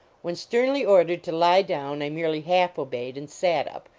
when sternly ordered to lie down, i merely half obeyed and sat up,